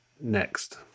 next